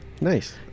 Nice